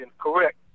correct